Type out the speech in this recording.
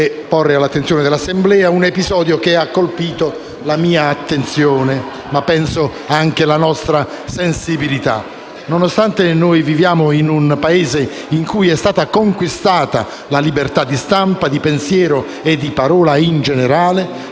e porre all'attenzione dell'Assemblea un episodio che ha colpito la mia attenzione, ma - penso - anche la nostra sensibilità. Nonostante viviamo in un Paese in cui è stata conquistata la libertà di stampa, di pensiero e di parola in generale,